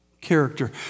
Character